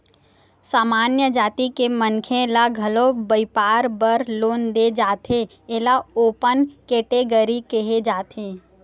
सामान्य जाति के मनखे ल घलो बइपार बर लोन दे जाथे एला ओपन केटेगरी केहे जाथे